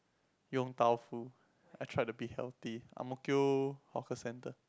Yong-Tau-Foo I tried to be healthy ang-mo-kio hawker center